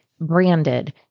Branded